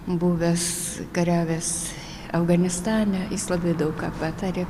buvęs kariavęs afganistane jis labai daug ką patarė